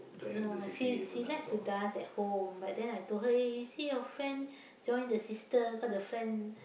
no she she like to dance at home but then I told her eh you see your friend join the sister cause the friend